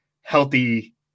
healthy